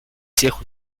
всех